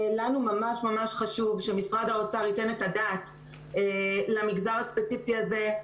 לנו ממש ממש חשוב שמשרד האוצר ייתן את הדעת למגזר הספציפי הזה.